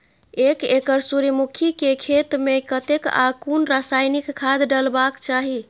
एक एकड़ सूर्यमुखी केय खेत मेय कतेक आ कुन रासायनिक खाद डलबाक चाहि?